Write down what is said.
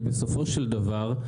כי בסופו של דבר,